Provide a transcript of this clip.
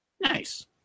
Nice